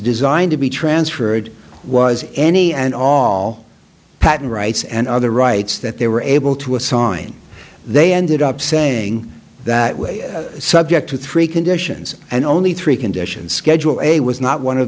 designed to be transferred was any and all patent rights and other rights that they were able to assign they ended up saying that way subject to three conditions and only three conditions schedule a was not one of